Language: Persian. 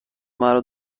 مرا